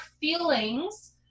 feelings